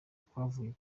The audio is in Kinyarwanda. twavuye